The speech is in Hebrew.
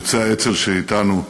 יוצאי האצ"ל שאתנו,